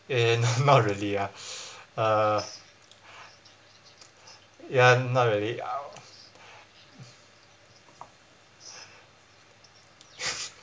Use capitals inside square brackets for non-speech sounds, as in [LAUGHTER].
eh not really ah [BREATH] uh ya not really I [LAUGHS]